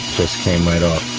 came right off,